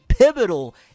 Pivotal